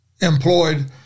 employed